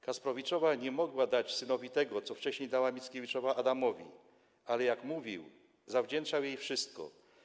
Kasprowiczowa nie mogła dać synowi tego, co wcześniej dała Mickiewiczowa Adamowi, ale, jak mówił, zawdzięczał jej wszystko.